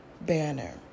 banner